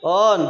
on